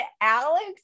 Alex